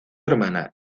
hermana